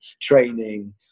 training